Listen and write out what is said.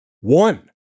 One